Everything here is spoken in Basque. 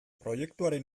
proiektuaren